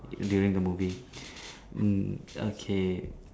during the movie mm okay